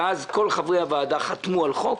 אז כל חברי הוועדה חתמו על חוק,